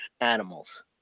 animals